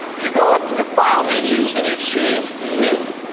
you go up to the file menu and you choose new.